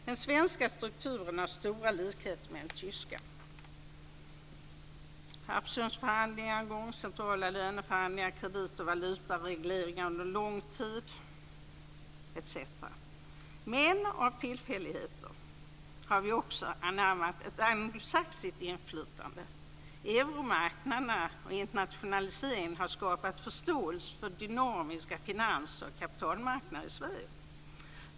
Den svenska strukturen har stora likheter med den tyska, med Harpsundsförhandlingar en gång i tiden, centrala löneförhandlingar, kredit och valutaregleringar under lång tid etc. Men av tillfälligheter har vi också anammat ett anglosaxiskt inflytande. Euromarknaderna och internationaliseringen har skapat förståelse för dynamiska finans och kapitalmarknader i Sverige.